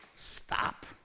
stop